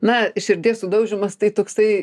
na širdies sudaužymas tai toksai